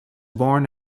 born